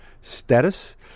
status